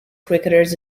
cricketers